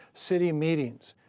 city meetings,